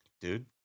dude